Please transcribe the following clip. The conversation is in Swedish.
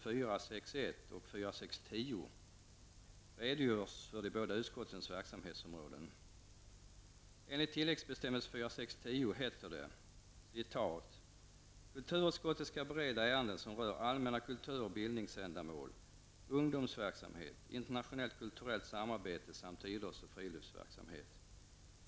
I 4 kap. riksdagsordningen, ''Kulturutskottet skall bereda ärenden som rör allmänna kultur och bildningsändamål, ungdomsverksamhet, internationellt kulturellt samarbete samt idrott och friluftsverksamhet.